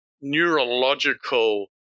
neurological